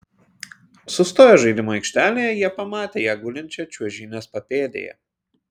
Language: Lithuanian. sustoję žaidimų aikštelėje jie pamatė ją gulinčią čiuožynės papėdėje